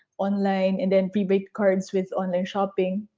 online and then prepaid cards with online shopping.